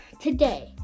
today